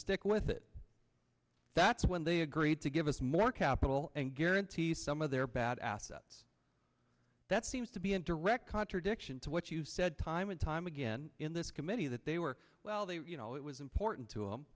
stick with it that's when they agreed to give us more capital and guarantee some of their bad assets that seems to be in direct contradiction to what you said time and time again in this committee that they were well they were you know it was important to